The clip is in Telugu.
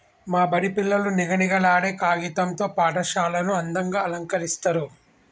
మా బడి పిల్లలు నిగనిగలాడే కాగితం తో పాఠశాలను అందంగ అలంకరిస్తరు